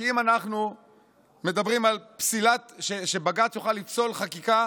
כי אם אנחנו מדברים על כך שבג"ץ יוכל לפסול חקיקה